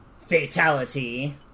Fatality